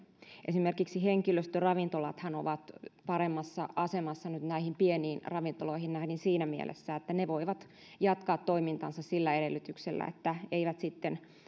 esimerkiksi henkilöstöravintolathan ovat nyt paremmassa asemassa pieniin ravintoloihin nähden siinä mielessä että ne voivat jatkaa toimintaansa sillä edellytyksellä että eivät